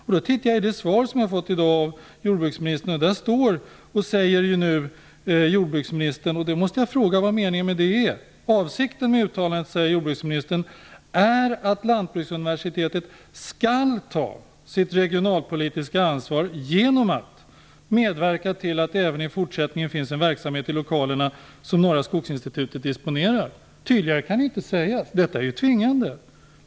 Jag tittar då i det svar som jag i dag har fått av jordbruksministern. Jag måste fråga vad meningen med det är. Där säger jordbruksministern: "Avsikten med uttalandet är att Lantbruksuniversitetet skall ta sitt regionalpolitiska ansvar genom att medverka till att det även i fortsättningen finns en verksamhet i lokalerna som Norra skogsinstitutet disponerar." Tydligare kan det inte sägas. Detta är tvingande.